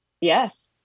Yes